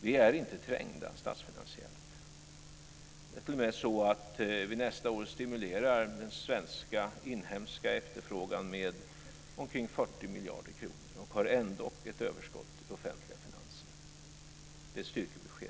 Vi är inte trängda statsfinansiellt. Nästa år stimulerar vi t.o.m. den svenska inhemska efterfrågan med ca 40 miljarder kronor och har ändå ett överskott i de offentliga finanserna. Det är ett styrkebesked.